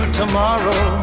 tomorrow